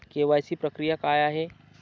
KYC प्रक्रिया काय आहे?